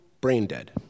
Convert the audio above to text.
brain-dead